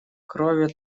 кроме